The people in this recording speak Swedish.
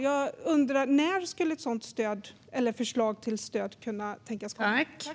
Jag undrar: När skulle ett sådant förslag till stöd kunna tänkas komma?